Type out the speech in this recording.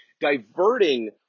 diverting